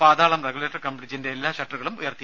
പാതാളം regulator cum ബ്രിഡ്ജിന്റെ എല്ലാ ഷട്ടറുകളും ഉയർത്തി